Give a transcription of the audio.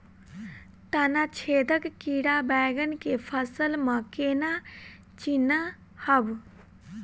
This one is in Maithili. तना छेदक कीड़ा बैंगन केँ फसल म केना चिनहब?